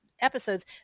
episodes